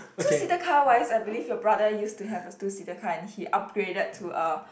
two seater car wise I believe your brother used to have a two seater car and he upgraded to a